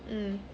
mm